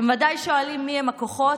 אתם ודאי שואלים מי הם הכוחות,